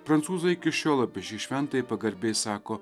prancūzai iki šiol apie šį šventąjį pagarbiai sako